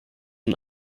und